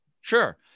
Sure